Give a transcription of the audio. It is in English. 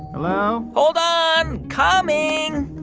hello? hold on. coming.